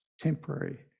temporary